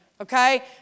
Okay